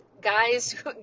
guys